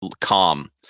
calm